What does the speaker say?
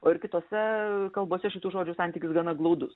o ir kitose kalbose šitų žodžių santykis gana glaudus